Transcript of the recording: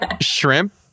shrimp